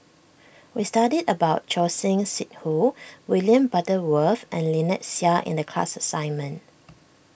we studied about Choor Singh Sidhu William Butterworth and Lynnette Seah in the class assignment